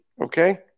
Okay